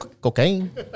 cocaine